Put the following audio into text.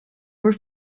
were